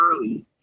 early